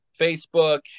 Facebook